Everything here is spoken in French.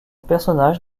personnage